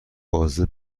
بازده